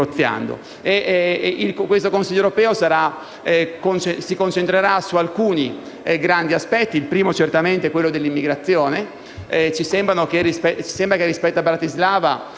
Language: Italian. Questo Consiglio europeo si concentrerà su alcuni grandi aspetti e il primo certamente sarà quello dell'immigrazione. Sembra che, rispetto a Bratislava,